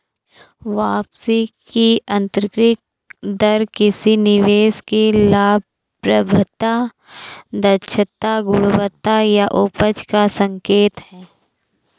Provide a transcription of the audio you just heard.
वापसी की आंतरिक दर किसी निवेश की लाभप्रदता, दक्षता, गुणवत्ता या उपज का संकेत है